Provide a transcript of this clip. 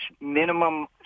minimum